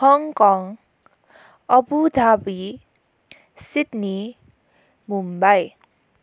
Hong Kong Abu Dhabi Sydney Mumbai